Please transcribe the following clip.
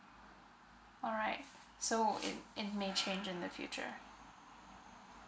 alright so it it may change in the future